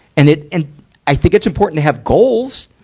and it, and i think it's important to have goals,